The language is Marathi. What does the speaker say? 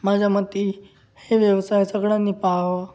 माझ्या मते हे व्यवसाय सगळ्यांनी पाहावं